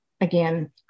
Again